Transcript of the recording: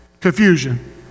Confusion